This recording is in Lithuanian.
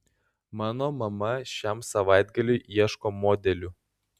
mano mama šiam savaitgaliui ieško modelių